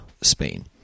Spain